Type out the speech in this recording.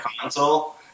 console